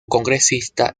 congresista